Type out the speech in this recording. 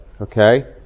okay